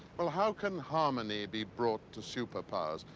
well, how can harmony be brought to superpowers?